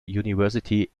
university